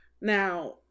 Now